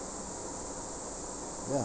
ya